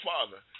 Father